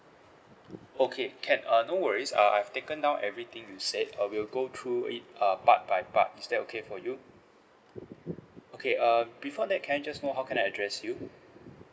okay can uh no worries uh I've taken down everything you said uh we'll go through it uh part by part is that okay for you okay um before that can I just know how can I address you